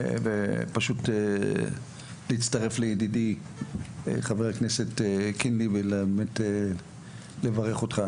ופשוט להצטרף לידידי חבר הכנסת קינלי ובאמת לברך אותך,